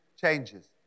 changes